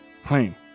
flame